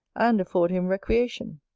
and afford him recreation.